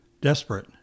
desperate